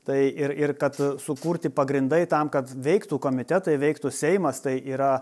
tai ir ir kad sukurti pagrindai tam kad veiktų komitetai veiktų seimas tai yra